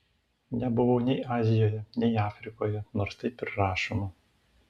nebuvau nei azijoje nei afrikoje nors taip ir rašoma